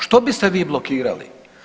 Što biste vi blokirali?